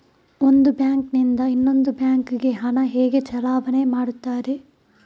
ಒಂದು ಬ್ಯಾಂಕ್ ನಿಂದ ಇನ್ನೊಂದು ಬ್ಯಾಂಕ್ ಗೆ ಹಣ ಹೇಗೆ ಚಲಾವಣೆ ಮಾಡುತ್ತಾರೆ?